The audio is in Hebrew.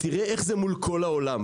תראה איך זה מול כל העולם,